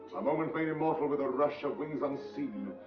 a moment made immortal with a rush of wings unseen,